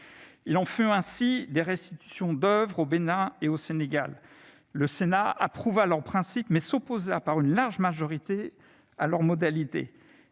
Il en fut ainsi des restitutions d'oeuvres au Bénin et au Sénégal. Le Sénat approuva leur principe, mais s'opposa, par une large majorité, à leurs modalités.